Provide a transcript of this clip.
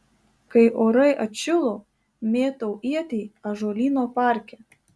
kai orai atšilo mėtau ietį ąžuolyno parke